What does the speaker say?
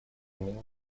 минуты